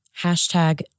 hashtag